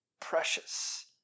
Precious